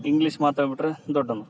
English ಮಾತಾಡಿ ಬಿಟ್ಟರೆ ದೊಡ್ಡೋನು